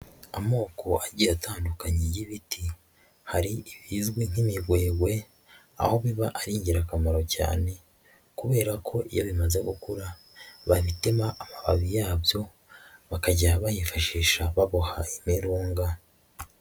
Amoko agiye atandukanye y'ibiti, hari ibizwi nk'imigwegwe aho biba ari ingirakamaro cyane kubera ko iyo bimaze gukura, babitema amababi yabyo bakajya bayifashisha baboha imirunga.